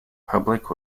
public